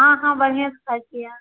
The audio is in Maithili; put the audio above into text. हँ हँ बढ़िएँ से रहै छियै